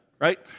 right